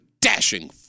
dashing